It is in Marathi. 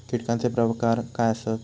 कीटकांचे प्रकार काय आसत?